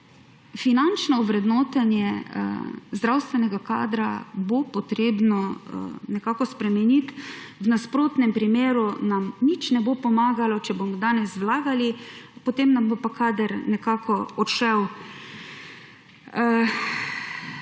Finančno ovrednotenje zdravstvenega kadra bo treba nekako spremeniti, v nasprotnem primeru nam nič ne bo pomagalo, če bomo danes vlagali, potem nam bo pa kader nekako odšel.